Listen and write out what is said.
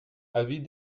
avis